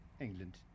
England